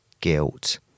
guilt